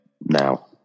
now